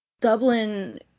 Dublin